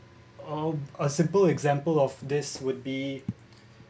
uh a simple example of this would be